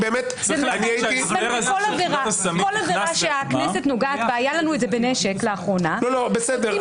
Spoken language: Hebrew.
כל עבירה שהכנסת נוגעת בה היה לנו את זה בנשק לאחרונה --- אדוני,